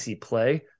play